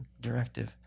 directive